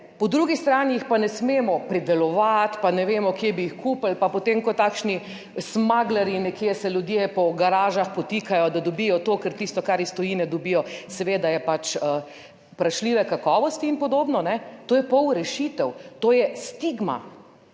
po drugi strani jih pa ne smemo pridelovati, pa ne vemo, kje bi jih kupili, pa potem, ko takšni smaglerji nekje se ljudje po garažah podtikajo, da dobijo to, ker tisto, kar iz tujine dobijo, seveda, je pač vprašljive kakovosti in podobno, to je pol rešitev, to je stigma.